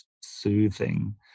soothing